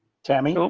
tammy,